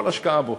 כל השקעה בו,